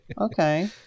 Okay